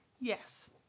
yes